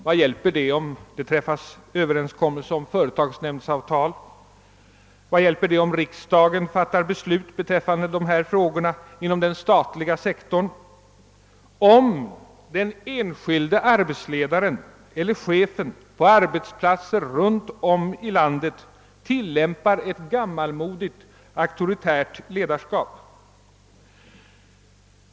Vad hjälper det om det träffas överenskommelse om företagsnämndsavtal, vad hjälper det om riksdagen fattar beslut beträffande de här frågorna inom den statliga sektorn, om den enskilde arbetsledaren eller chefer för arbetsplatser runtom i landet tillämpar ett gammalmodigt auktoritärt ledarskap?